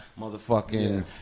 motherfucking